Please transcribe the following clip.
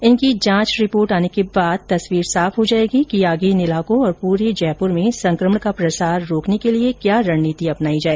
इनकी जांच रिपोर्ट आने के बाद तस्वीर साफ हो जाएगी कि आगे इन इलाकों और पूरे जयपुर में संक्रमण का प्रसार रोकने के लिए क्या रणनीति अपनाई जाए